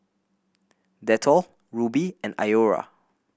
Dettol Rubi and Iora